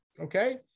Okay